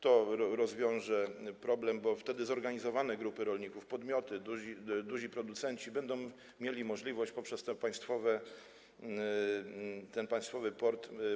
To rozwiąże problem, bo wtedy zorganizowane grupy rolników, podmioty, duzi producenci będą mieli możliwość sprzedaży poprzez ten państwowy port.